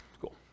Cool